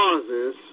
causes